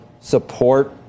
support